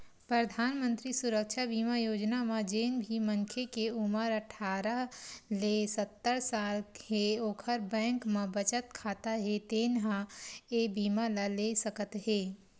परधानमंतरी सुरक्छा बीमा योजना म जेन भी मनखे के उमर अठारह ले सत्तर साल हे ओखर बैंक म बचत खाता हे तेन ह ए बीमा ल ले सकत हे